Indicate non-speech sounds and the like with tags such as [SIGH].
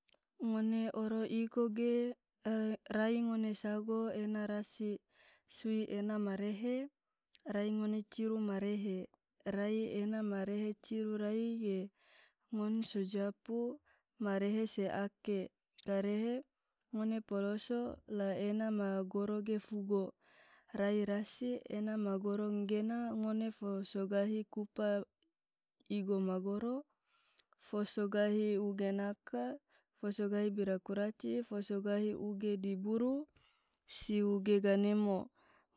[NOISE] ngone oro igo ge, [HESITATION] rai ngone sago ena rasi, sui ena ma rehe, rai ngone ciru marehe, rai ena ma rehe ciru rai ge ngon so capu ma rehe se ake karehe ngone poloso la ena ma goro ge fugo. rai rasi ena ma goro enggena ngone fo so gahi kupa igo magoro, foso gahi uge naka, fosogahi bira kuraci, fosogahi uge diburu si uge ganemo,